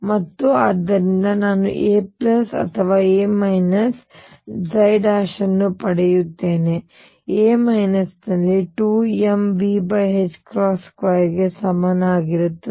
ಮತ್ತು ಆದ್ದರಿಂದ ನಾನು a ಅಥವಾ a ಅನ್ನು ಪಡೆಯುತ್ತೇನೆ a ನಲ್ಲಿ 2mV2 ψ ಗೆ ಸಮಾನವಾಗಿರುತ್ತದೆ